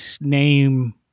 name